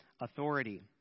authority